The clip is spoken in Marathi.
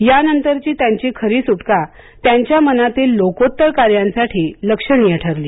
यानंतरची त्यांची खरी सुटका त्यांच्या मनातील लोकोत्तर कार्यांसाठी लक्षणीय ठरली